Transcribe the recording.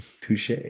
touche